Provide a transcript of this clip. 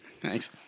Thanks